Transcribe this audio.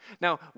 Now